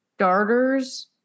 starters